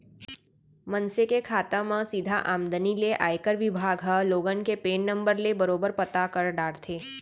मनसे के खाता म सीधा आमदनी ले आयकर बिभाग ह लोगन के पेन नंबर ले बरोबर पता कर डारथे